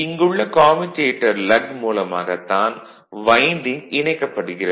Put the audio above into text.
இங்குள்ள commutator lug மூலமாகத் தான் வைண்டிங் இணைக்கப்படுகிறது